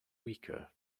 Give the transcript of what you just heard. weaker